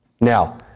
Now